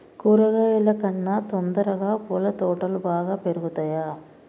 కూరగాయల కన్నా తొందరగా పూల తోటలు బాగా పెరుగుతయా?